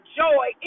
joy